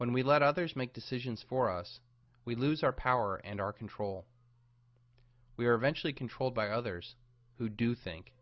when we let others make decisions for us we lose our power and our control we are eventually controlled by others who do think